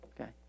Okay